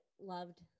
loved